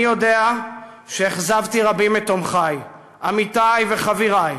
אני יודע שאכזבתי רבים מתומכי, עמיתי וחברי,